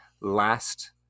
last –